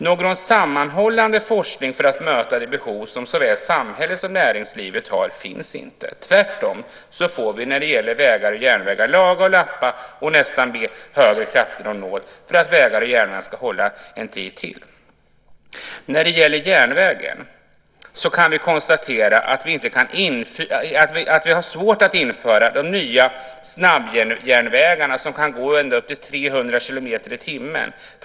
Någon sammanhållande forskning för att möta det behov som såväl samhället som näringslivet har finns inte. Tvärtom får vi laga och lappa och nästan be högre krafter om nåd för att vägar och järnvägar ska hålla en tid till. När det gäller järnvägen kan vi konstatera att vi har svårt att införa de nya snabbjärnvägarna där man kan köra ända upp till 300 kilometer i timmen.